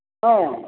ହଁ